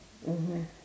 mmhmm